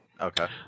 Okay